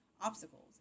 obstacles